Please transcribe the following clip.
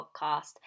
podcast